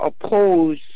oppose